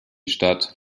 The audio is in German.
statt